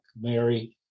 Mary